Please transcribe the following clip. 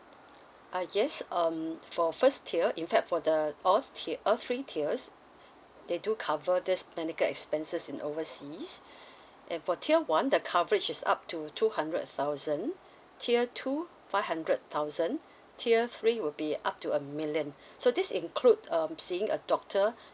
uh yes um for first year in fact for the all tier all three tiers they do cover this medical expenses in overseas and for tier one the coverage is up to two hundred thousand tier two five hundred thousand tier three will be up to a million so this include um seeing a doctor